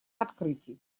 открытий